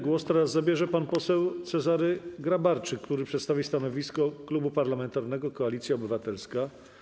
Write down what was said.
Głos teraz zabierze pan poseł Cezary Grabarczyk, który przedstawi stanowisko Klubu Parlamentarnego Koalicja Obywatelska.